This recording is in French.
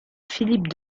philippe